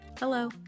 Hello